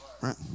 right